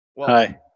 Hi